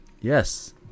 Yes